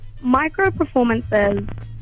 micro-performances